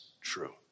true